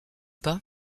pas